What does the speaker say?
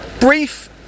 brief